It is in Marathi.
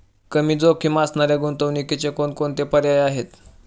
कमी जोखीम असणाऱ्या गुंतवणुकीचे कोणकोणते पर्याय आहे?